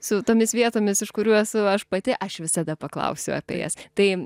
su tomis vietomis iš kurių esu aš pati aš visada paklausiu apie jas tai